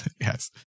Yes